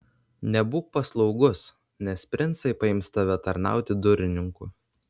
nebūk paslaugus nes princai paims tave tarnauti durininku